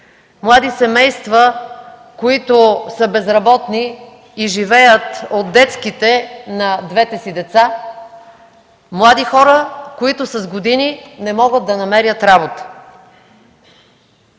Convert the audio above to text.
млади семейства, които са безработни и живеят от детските надбавки на двете си деца, млади хора, които с години не могат да намерят работа.